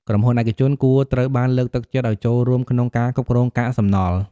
ក្រុមហ៊ុនឯកជនគួរត្រូវបានលើកទឹកចិត្តឲ្យចូលរួមក្នុងការគ្រប់គ្រងកាកសំណល់។